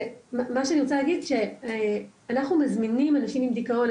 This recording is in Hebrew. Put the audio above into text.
מה שאני רוצה להגיד זה שאנחנו מזמינים אנשים עם דיכאון,